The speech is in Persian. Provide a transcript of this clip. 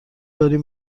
داریم